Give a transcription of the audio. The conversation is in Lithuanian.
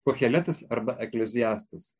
koheletas arba ekleziastas